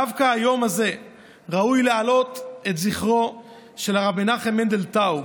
דווקא ביום הזה ראוי להעלות את זכרו של רבי מנחם מנדל טאוב,